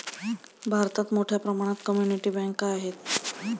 भारतात मोठ्या प्रमाणात कम्युनिटी बँका आहेत